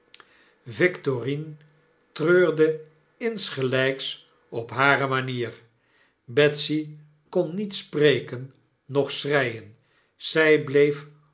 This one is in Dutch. victorine treurde insgelijks op hare manier betsy kon niet spreken noch schreien zij bleef